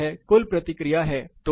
तो यह कुल प्रतिक्रिया है